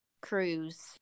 cruise